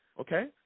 okay